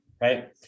right